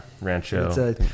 rancho